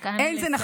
רק אנא, לסיים.